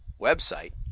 website